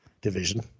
division